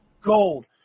Gold